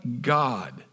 God